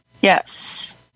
Yes